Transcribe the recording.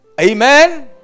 Amen